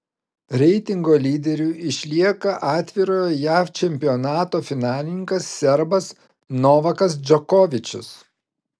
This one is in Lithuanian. reitingo lyderiu išlieka atvirojo jav čempionato finalininkas serbas novakas džokovičius